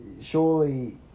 surely